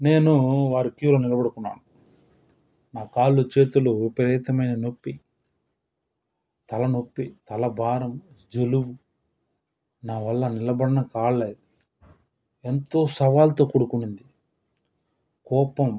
నేను వారి క్యూలో నిలబడుకున్న నా కాళ్లు చేతులు విపరీతమైన నొప్పి తలనొప్పి తల భారం జలుబు నావల్ల నిలబడిన కాలేదు ఎంతో సవాలతో కూడుకునింది కోపం